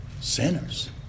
sinners